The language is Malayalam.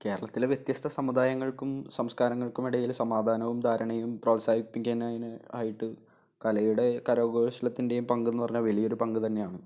കേരളത്തിലെ വ്യത്യസ്ത സമുദായങ്ങൾക്കും സംസ്കാരങ്ങൾക്കും ഇടയിലെ സമാധാനവും ധാരണയും പ്രോത്സാഹിപ്പിക്കാനായിട്ട് കലയുടെ കരഘോഷത്തിൻ്റെയും പങ്കെന്ന് പറഞ്ഞാൽ വലിയ ഒരു പങ്ക് തന്നെയാണ്